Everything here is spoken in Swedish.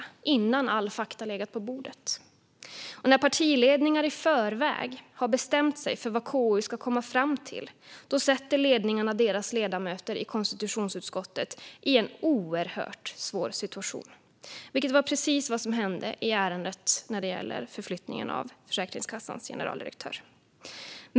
Detta har gjorts innan alla fakta legat på bordet. Och när partiledningar i förväg har bestämt sig för vad KU ska komma fram till sätter ledningarna sina ledamöter i konstitutionsutskottet i en oerhört svår situation, vilket var precis vad som hände i ärendet om förflyttningen av Försäkringskassans generaldirektör.